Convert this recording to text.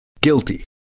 Guilty